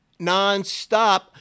nonstop